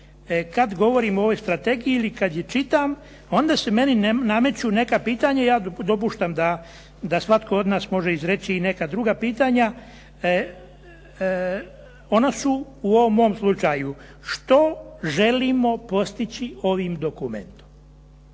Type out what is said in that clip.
kad govorim o ovoj strategiji ili kad je čitam, onda se meni nameću neka pitanja, ja dopuštam da svatko od nas može izreći i neka druga pitanja. Ona su u ovom mom slučaju što želimo postići ovim dokumentom?